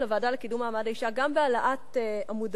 לוועדה לקידום מעמד האשה גם בהעלאת המודעות,